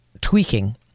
tweaking